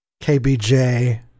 KBJ